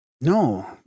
No